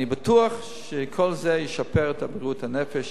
אני בטוח שכל זה ישפר את בריאות הנפש,